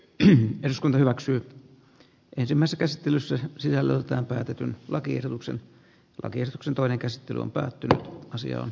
elders on hyväksynyt ensimmäsikäsittelyssä sisällöltään päätetyn lakiehdotuksen rakeistuksen toinen käsittely on päättynyt asiaan